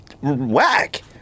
whack